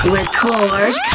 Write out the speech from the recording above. Record